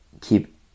keep